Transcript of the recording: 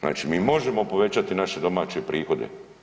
Znači, mi možemo povećati naše domaće prihode.